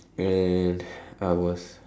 and I was